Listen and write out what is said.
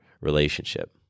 relationship